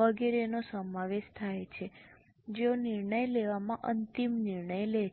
વગેરેનો સમાવેશ થાય છે જેઓ નિર્ણય લેવામાં અંતિમ નિર્ણય લે છે